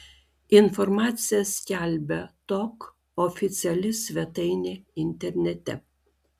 informaciją skelbia tok oficiali svetainė internete